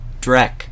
Drek